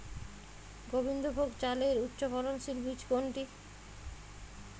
গোবিন্দভোগ চালের উচ্চফলনশীল বীজ কোনটি?